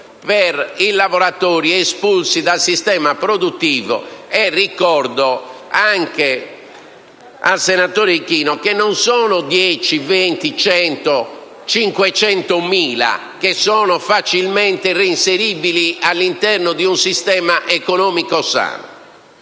per i lavoratori espulsi dal sistema produttivo. Ricordo al senatore Ichino che non parliamo di 10, 20, 100, 500.000 lavoratori facilmente reinseribili all'interno di un sistema economico sano: